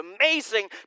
amazing